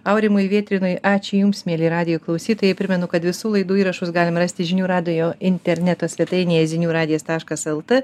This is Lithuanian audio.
aurimui vėtrinui ačiū jums mieli radijo klausytojai primenu kad visų laidų įrašus galima rasti žinių radijo interneto svetainėje zinių radijas taškas lt